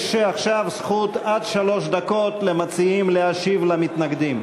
יש עכשיו זכות עד שלוש דקות למציעים להשיב למתנגדים.